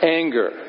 anger